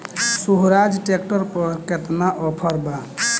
सोहराज tractor पर केतना offer बा?